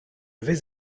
vais